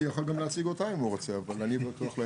אנחנו יכולים לראות שרובו עדיין פתוח,